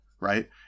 right